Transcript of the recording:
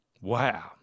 wow